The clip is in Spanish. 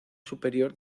superior